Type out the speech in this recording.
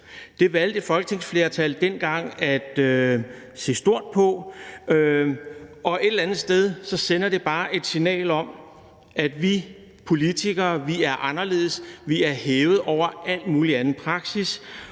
Det valgte et folketingsflertal dengang at se stort på, og et eller andet sted sender det bare et signal om, at vi politikere er anderledes: Vi er hævet over al mulig anden praksis,